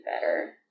better